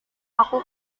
aku